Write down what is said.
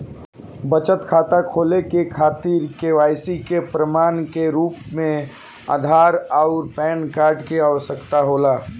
बचत खाता खोले के खातिर केवाइसी के प्रमाण के रूप में आधार आउर पैन कार्ड के आवश्यकता होला